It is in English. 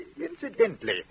Incidentally